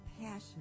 passion